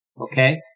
okay